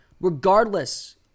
regardless